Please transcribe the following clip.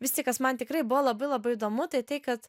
vis tik kas man tikrai buvo labai labai įdomu tai tai kad